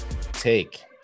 Take